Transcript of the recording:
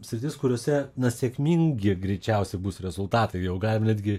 sritis kuriose na sėkmingi greičiausiai bus rezultatai jau galim netgi